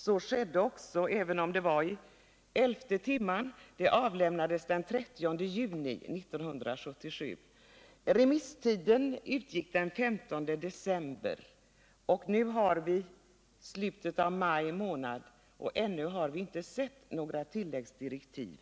Så skedde också, även om det var i elfte timmen — det avlämnades den 30 juni 1977. Remisstiden utgick den 15 december 1977. Nu är vi i slutet av maj månad 1978, men ännu har vi inte sett några tilläggsdirektiv.